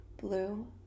blue